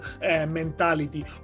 mentality